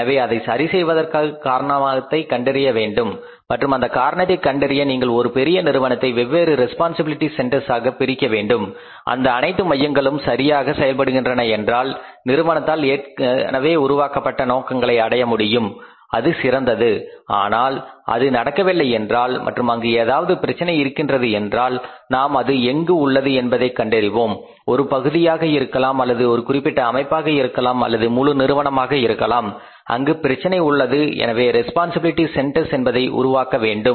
எனவே அதை சரி செய்வதற்கு காரணத்தை கண்டறிய வேண்டும் மற்றும் அந்த காரணத்தை கண்டறிய நீங்கள் ஒரு பெரிய நிறுவனத்தை வெவ்வேறு ரெஸ்பான்சிபிலிட்டி சென்டர்ஸ் ஆக பிரிக்க வேண்டும் அந்த அனைத்து மையங்களும் சரியாக செயல்படுகின்றன என்றால் நிறுவனத்தால் ஏற்கனவே உருவாக்கப்பட்ட நோக்கங்களை அடைய முடியும் அது சிறந்தது ஆனால் அது நடக்கவில்லை என்றால் மற்றும் அங்கு ஏதாவது பிரச்சனை இருக்கின்றது என்றால் நாம் அது எங்கு உள்ளது என்பதைக் கண்டறிவோம் ஒரு பகுதியாக இருக்கலாம் அல்லது ஒரு குறிப்பிட்ட அமைப்பாக இருக்கலாம் அல்லது முழு நிறுவனமாக இருக்கலாம் அங்கு பிரச்சனை உள்ளது எனவே ரெஸ்பான்சிபிலிட்டி சென்டர்ஸ் என்பதை உருவாக்க வேண்டும்